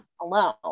alone